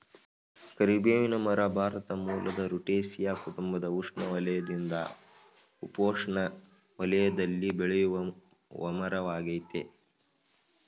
ಕರಿಬೇವಿನ ಮರ ಭಾರತ ಮೂಲದ ರುಟೇಸಿಯೇ ಕುಟುಂಬದ ಉಷ್ಣವಲಯದಿಂದ ಉಪೋಷ್ಣ ವಲಯದಲ್ಲಿ ಬೆಳೆಯುವಮರವಾಗಯ್ತೆ